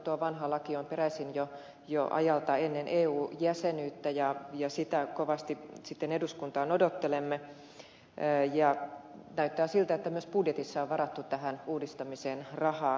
tuo vanha laki on peräisin jo ajalta ennen eu jäsenyyttä ja sitä uutta kovasti eduskuntaan odottelemme ja näyttää siltä että myös budjetissa on varattu tähän uudistamiseen rahaa